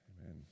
Amen